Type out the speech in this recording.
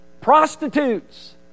prostitutes